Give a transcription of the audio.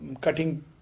cutting